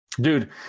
Dude